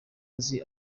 nzi